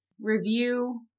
review